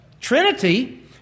Trinity